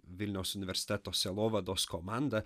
vilniaus universiteto sielovados komanda